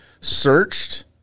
searched